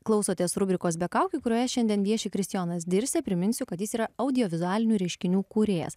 klausotės rubrikos be kaukių kurioje šiandien vieši kristijonas dirsė priminsiu kad jis yra audiovizualinių reiškinių kūrėjas